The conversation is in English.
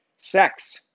sex